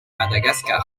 madagascar